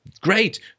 great